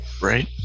Right